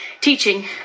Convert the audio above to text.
teaching